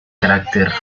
carácter